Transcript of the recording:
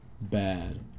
bad